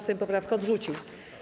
Sejm poprawkę odrzucił.